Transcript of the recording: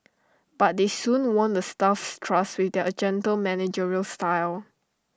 but they soon won the staff's trust with their gentle managerial style